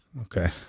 Okay